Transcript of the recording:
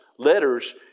letters